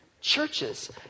churches